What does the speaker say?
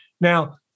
Now